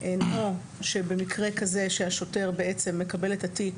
הן או שבמקרה כזה שהשוטר בעצם מקבל את התיק